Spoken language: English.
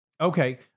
Okay